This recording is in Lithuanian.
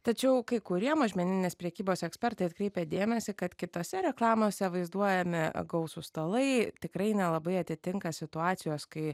tačiau kai kurie mažmeninės prekybos ekspertai atkreipia dėmesį kad kitose reklamose vaizduojami gausūs stalai tikrai nelabai atitinka situacijos kai